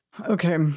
Okay